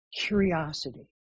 curiosity